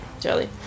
jelly